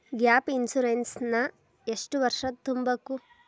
Gap insurance ನ ಎಷ್ಟ್ ವರ್ಷ ತುಂಬಕು?